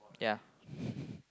ya